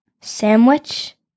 sandwich